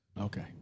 Okay